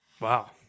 Wow